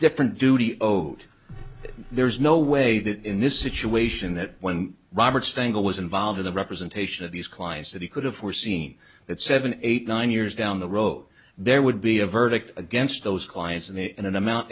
different duty owed there's no way that in this situation that when robert stengel was involved in the representation of these clients that he could have foreseen that seven eight nine years down the road there would be a verdict against those clients and in an amount